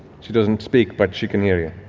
she doesn't speak, but she can hear you.